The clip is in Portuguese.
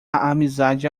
amizade